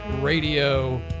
radio